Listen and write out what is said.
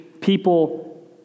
people